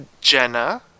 Jenna